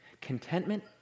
Contentment